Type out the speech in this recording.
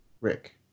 Rick